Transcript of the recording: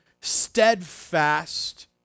steadfast